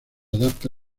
adapta